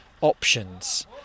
options